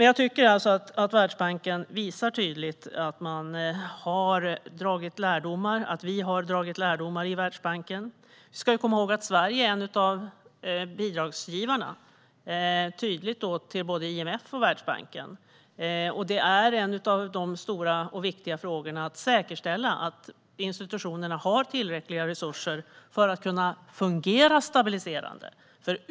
Jag tycker att Världsbanken tydligt visar att man har dragit lärdomar. Vi ska komma ihåg att Sverige är en av bidragsgivarna till både IMF och Världsbanken. Det är en av de stora och viktiga frågorna att säkerställa att institutionerna har tillräckliga resurser för att kunna fungera stabiliserande.